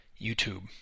YouTube